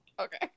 Okay